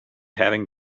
having